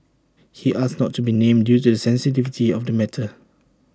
he asked not to be named due to the sensitivity of the matter